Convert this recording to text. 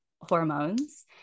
hormones